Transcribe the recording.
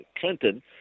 Clinton –